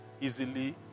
Easily